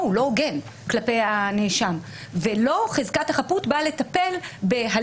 הוא לא הוגן כלפי הנאשם ולא חזקת החפות באה לטפל.